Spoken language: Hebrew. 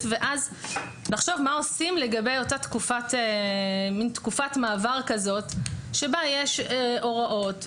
ואז לחשוב מה עושים לגבי אותה תקופת מעבר בה יש הוראות.